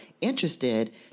interested